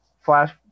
flash